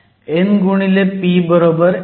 n p ni2